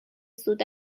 زود